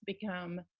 become